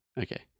Okay